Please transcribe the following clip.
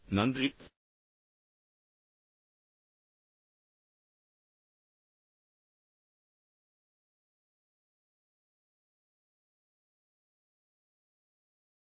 இனிய நாளாகட்டும்